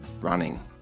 running